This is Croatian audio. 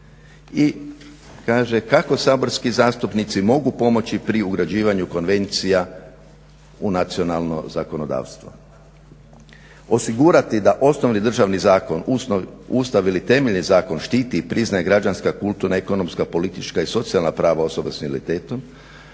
I kaže kako saborski zastupnici mogu pomoći pri uređivanju Konvencija u nacionalno zakonodavstvo. Osigurati da osnovni državni zakon Ustav ili temeljni zakon štiti i priznaje građanska, kulturna, ekonomska, politička i socijalna prava osoba s invaliditetom,